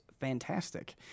fantastic